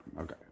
Okay